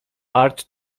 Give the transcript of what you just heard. arts